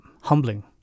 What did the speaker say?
humbling